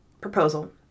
proposal